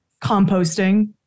Composting